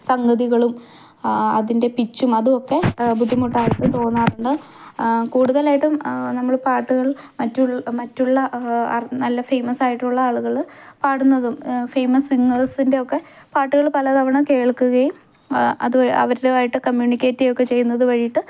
സംഗതികളും അതിന്റെ പിച്ചും അതുമൊക്കെ ബുദ്ധിമുട്ടായിട്ട് തോന്നാറുണ്ട് കൂടുതലായിട്ടും നമ്മള് പാട്ടുകള് മറ്റുള്ള നല്ല ഫെയ്മസായിട്ടുള്ള ആളുകള് പാടുന്നതും ഫേമസ് സിങ്ങേഴ്സിന്റെ ഒക്കെ പാട്ടുകള് പല തവണ കേൾക്കുകയും അത് അവരുടേതായിട്ട് കമ്മ്യൂണിക്കേറ്റ് ചെയ്യുകയുമൊക്കെ ചെയ്യുന്നത് വഴിയായിട്ട്